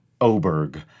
Oberg